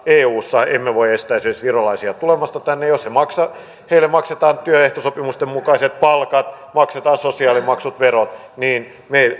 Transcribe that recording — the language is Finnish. eussa emme voi estää esimerkiksi virolaisia tulemasta tänne ja jos heille maksetaan työehtosopimusten mukaiset palkat maksetaan sosiaalimaksut ja verot niin